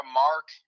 mark